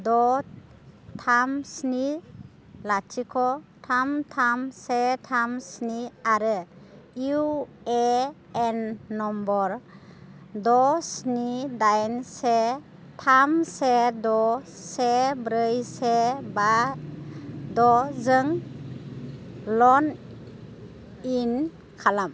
द' थाम स्नि लाथिख' थाम थाम से थाम स्नि आरो इउ ए एन नम्बर द' स्नि दाइन से थाम से द' से ब्रै से बा द'जों लग इन खालाम